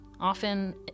often